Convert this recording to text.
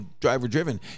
driver-driven